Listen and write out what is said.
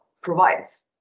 provides